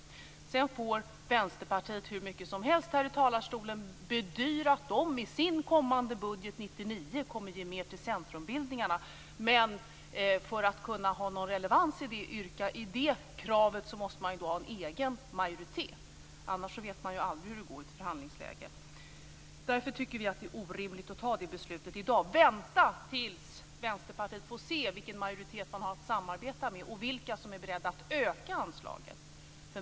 Sedan får Vänsterpartiet från denna talarstol hur mycket som helst bedyra att det i sitt kommande budgetförslag, för 1999, kommer att ge mer till centrumbildningarna. För att det kravet skall kunna ha någon relevans måste partiet dock ha egen majoritet. Annars vet man ju aldrig hur det går i ett förhandlingsläge. Vi tycker mot den bakgrunden att det i dag är orimligt att ta det beslutet. Vänta tills Vänsterpartiet får se vilken majoritet det har att samarbeta med och vilka som är beredda att öka anslaget!